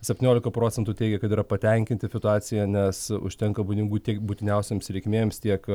septyniolika procentų teigia kad yra patenkinti situacija nes užtenka pinigų tiek būtiniausioms reikmėms tiek